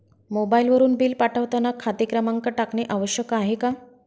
मोबाईलवरून बिल पाठवताना खाते क्रमांक टाकणे आवश्यक आहे का?